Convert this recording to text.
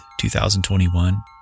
2021